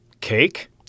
cake